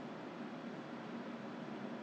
加六毛 ah oh okay